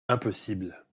impossible